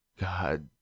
God